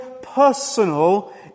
personal